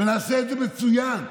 ונעשה את זה מצוין.